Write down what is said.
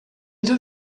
into